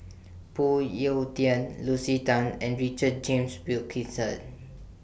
Phoon Yew Tien Lucy Tan and Richard James Wilkinson